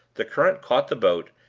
the current caught the boat,